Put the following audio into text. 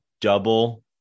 double